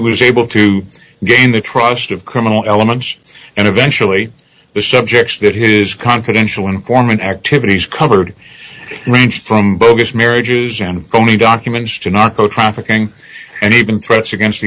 was able to gain the trust of criminal elements and eventually the subjects that his confidential informant activities covered ranged from bogus marriages and only documents to narco trafficking and even threats against the